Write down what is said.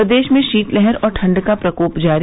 प्रदेश में शीतलहर और ठंड का प्रकोप जारी